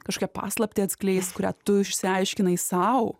kažkokią paslaptį atskleisk kuria tu išsiaiškinai sau